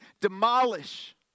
demolish